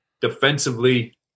defensively